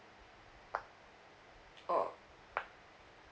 oh